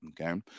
okay